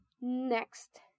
Next